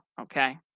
okay